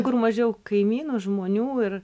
kur mažiau kaimynų žmonių ir